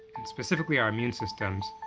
and specifically our immune systems,